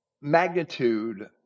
magnitude